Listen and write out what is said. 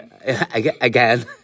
again